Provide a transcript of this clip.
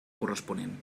corresponent